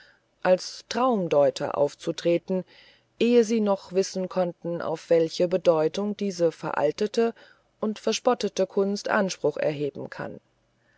als traumdeuter aufzutreten ehe sie noch wissen konnten auf welche bedeutung diese veraltete und verspottete kunst anspruch erheben kann